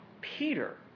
Peter